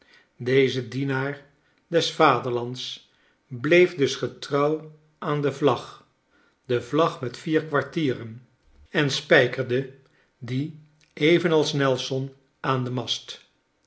deze dienaar des vaderlands bleef dus getrouw aan de vlag de vlag met vier kwartieren en sprjkerde die evenals nelson aan den mast